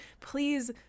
please